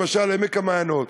למשל עמק המעיינות,